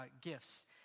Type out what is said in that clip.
gifts